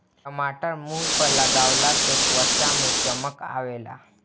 टमाटर मुंह पअ लगवला से त्वचा में चमक आवेला